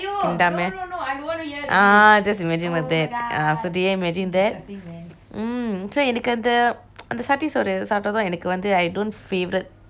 ah just imagine like that ah ah so did you imagine that mm so எனக்கு அந்த அந்த சட்டி சோறு சாப்பிட்டது எனக்கு வந்து:enakku anthe anthe satti sorru saaptetho enakku vanthu I don't favourite any satti soru sorru